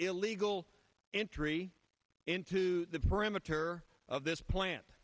illegal entry into the perimeter of this plant